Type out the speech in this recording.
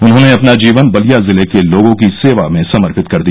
उन्हॉने अपना जीवन बलिया जिले के लोगों की सेवा में समर्पित कर दिया